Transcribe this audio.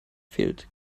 fehlt